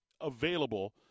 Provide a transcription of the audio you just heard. available